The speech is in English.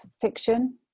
fiction